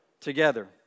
together